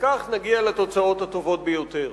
וכך נגיע לתוצאות הטובות ביותר.